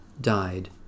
died